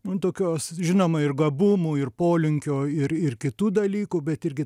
nu tokios žinoma ir gabumų ir polinkio ir ir kitų dalykų bet irgi